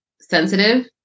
sensitive